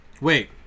Wait